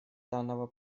данного